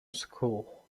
school